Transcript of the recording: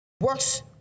works